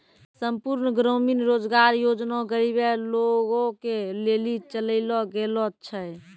संपूर्ण ग्रामीण रोजगार योजना गरीबे लोगो के लेली चलैलो गेलो छै